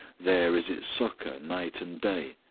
there is its succour night and day.